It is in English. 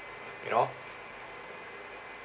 you know